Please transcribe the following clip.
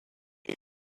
who